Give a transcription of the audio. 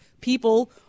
people